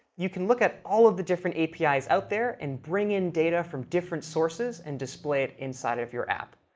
you can look at all of the different apis out there, and bring in data from different sources and display it inside of your app.